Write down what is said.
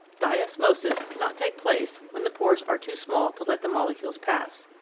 diosmosis cannot take place when the pores are too small to let the molecules pass.